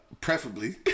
Preferably